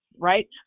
right